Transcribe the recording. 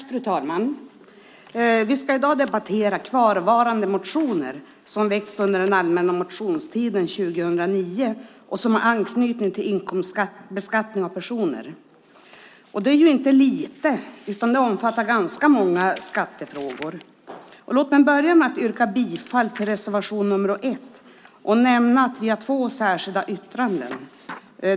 Fru talman! Vi ska i dag debattera kvarvarande motioner som väckts under den allmänna motionstiden 2009 och som har anknytning till inkomstbeskattning av personer. Det är inte lite. Det omfattar ganska många skattefrågor. Låt mig börja med att yrka bifall till reservation nr 1 och nämna att vi har två särskilda yttranden.